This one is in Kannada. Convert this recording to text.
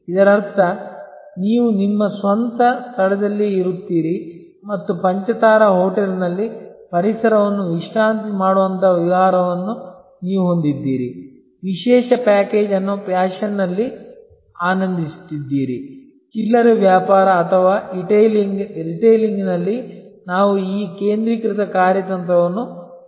ಇದರರ್ಥ ನೀವು ನಿಮ್ಮ ಸ್ವಂತ ಸ್ಥಳದಲ್ಲಿಯೇ ಇರುತ್ತೀರಿ ಮತ್ತು ಪಂಚತಾರಾ ಹೋಟೆಲ್ನಲ್ಲಿ ಪರಿಸರವನ್ನು ವಿಶ್ರಾಂತಿ ಮಾಡುವಂತಹ ವಿಹಾರವನ್ನು ನೀವು ಹೊಂದಿದ್ದೀರಿ ವಿಶೇಷ ಪ್ಯಾಕೇಜ್ ಅನ್ನು ಫ್ಯಾಷನ್ನಲ್ಲಿ ಆನಂದಿಸುತ್ತಿದ್ದೀರಿ ಚಿಲ್ಲರೆ ವ್ಯಾಪಾರ ಅಥವಾ ಇಟೈಲಿಂಗ್ನಲ್ಲಿ ನಾವು ಈ ಕೇಂದ್ರೀಕೃತ ಕಾರ್ಯತಂತ್ರವನ್ನು ನೋಡುತ್ತಿದ್ದೇವೆ